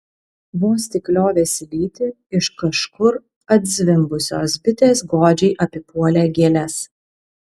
vos tik liovėsi lytį iš kažkur atzvimbusios bitės godžiai apipuolė gėles